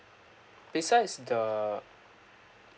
besides the